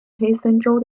黑森州